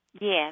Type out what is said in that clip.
Yes